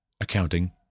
accounting